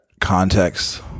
context